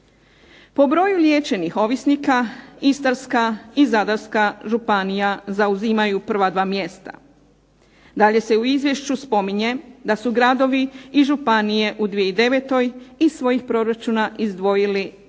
Po broju liječenih ovisnika Istarska i Zadarska županija zauzimaju prva dva mjesta. Dalje se u izvješću spominje da su gradovi i županije u 2009. iz svojih proračuna izdvojili 34,3%